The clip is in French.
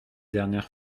dernière